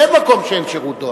כי אין מקום שאין שירות דואר,